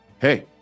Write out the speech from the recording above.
hey